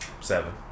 Seven